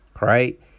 right